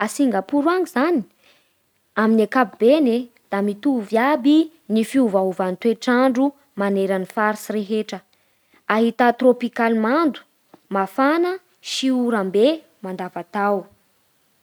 A Singapour any zany amin'ny ankapobeny e da mitovy aby ny fiovaovan'ny toetr'andro manera ny faritsy rehetra. ahità trôpikaly mando, mafana sy oram-be mandavatao.